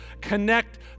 connect